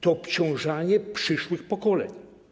To obciążanie przyszłych pokoleń.